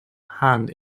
hand